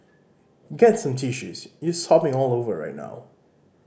get some tissues you sobbing all over right now